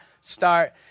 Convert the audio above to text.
start